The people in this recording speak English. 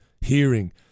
hearing